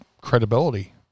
credibility